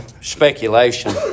speculation